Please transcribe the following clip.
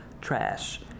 trash